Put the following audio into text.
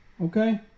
okay